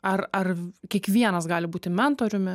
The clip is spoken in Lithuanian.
ar ar kiekvienas gali būti mentoriumi